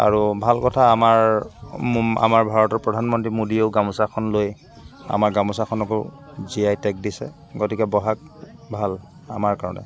আৰু ভাল কথা আমাৰ আমাৰ ভাৰতৰ প্ৰধানমন্ত্ৰী মোদীয়েও গামোচাখন লৈ আমাৰ গামোচাখনকো জিআই টেগ দিছে গতিকে বহাগ ভাল আমাৰ কাৰণে